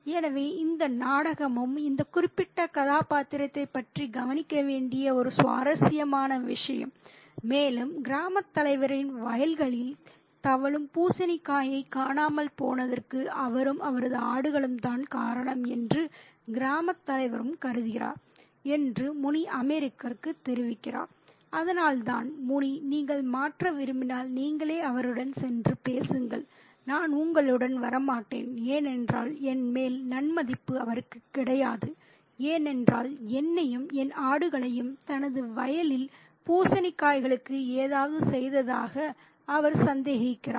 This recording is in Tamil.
எனவே இந்த நாடகமும் இந்த குறிப்பிட்ட கதாபாத்திரத்தைப் பற்றி கவனிக்க வேண்டிய ஒரு சுவாரஸ்யமான விஷயம் மேலும் கிராமத் தலைவரின் வயல்களில் தவழும் பூசணிக்காயைக் காணாமல் போனதற்கு அவரும் அவரது ஆடுகளும் தான் காரணம் என்று கிராமத் தலைவரும் கருதுகிறார் என்று முனி அமெரிக்கருக்குத் தெரிவிக்கிறார் அதனால்தான் முனி நீங்கள் மாற்ற விரும்பினால் நீங்களே அவருடன் சென்று பேசுங்கள் நான் உங்களுடன் வரமாட்டேன் ஏனென்றால் என் மேல் நன்மதிப்பு அவருக்கு கிடையாது ஏனென்றால் என்னையும் என் ஆடுகளையும் தனது வயலில் பூசணிக்காய்களுக்கு ஏதாவது செய்ததாக அவர் சந்தேகிக்கிறார்